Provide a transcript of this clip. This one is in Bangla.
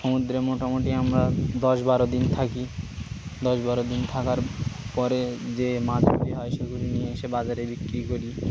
সমুদ্রে মোটামুটি আমরা দশ বারো দিন থাকি দশ বারো দিন থাকার পরে যে হয় সেগুলি নিয়ে এসে বাজারে বিক্রি করি